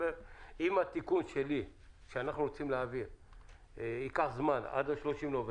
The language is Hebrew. אם התיקון שאנחנו רוצים להעביר לא יעבור עד ה-30 נובמבר,